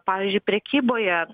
pavyzdžiui prekyboje